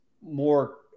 more